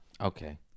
Okay